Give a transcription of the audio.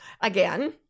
again